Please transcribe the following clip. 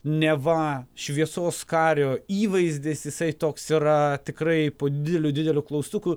neva šviesos kario įvaizdis jisai toks yra tikrai po dideliu dideliu klaustuku